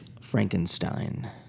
Frankenstein